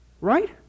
Right